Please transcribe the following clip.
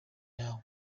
yawe